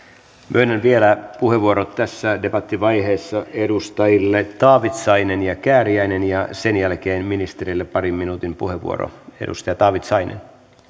myönnän vielä puheenvuorot tässä debattivaiheessa edustajille taavitsainen ja kääriäinen ja sen jälkeen ministerille parin minuutin puheenvuoron edustaja taavitsainen